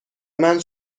مند